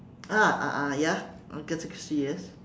ah ah ah ya agatha christie yes